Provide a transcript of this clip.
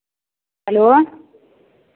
hello